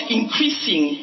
increasing